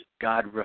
God